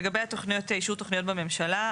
לגבי אישור תוכניות בממשלה,